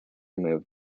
moved